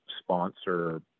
sponsor